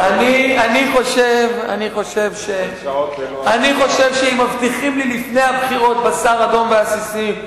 אני חושב שאם מבטיחים לי לפני הבחירות בשר אדום ועסיסי,